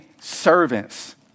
servants